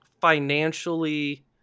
financially